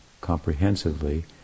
comprehensively